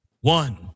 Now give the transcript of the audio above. one